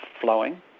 flowing